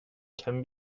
can